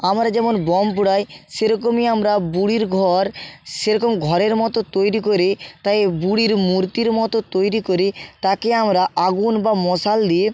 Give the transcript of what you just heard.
আমরা যেমন বোম পোড়াই সেরকমই আমরা বুড়ির ঘর সেরকম ঘরের মতো তৈরি করে তাই বুড়ির মূর্তির মতো তৈরি করে তাকে আমরা আগুন বা মশাল দিয়ে